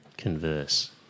converse